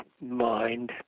mind